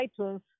iTunes